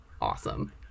awesome